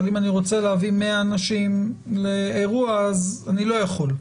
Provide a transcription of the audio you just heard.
אבל אם אני רוצה להביא 100 אנשים לאירוע אז אני לא יכול.